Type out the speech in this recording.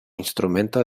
instrumento